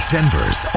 Denver's